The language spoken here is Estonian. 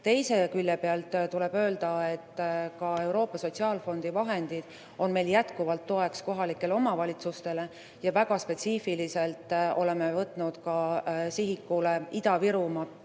Teise külje pealt tuleb öelda, et ka Euroopa Sotsiaalfondi vahendid on jätkuvalt kohalikele omavalitsustele toeks. Väga spetsiifiliselt oleme võtnud sihikule Ida‑Virumaa